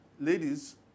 ladies